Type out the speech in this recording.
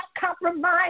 compromise